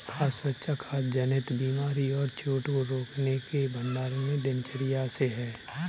खाद्य सुरक्षा खाद्य जनित बीमारी और चोट को रोकने के भंडारण में दिनचर्या से है